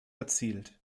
erzielt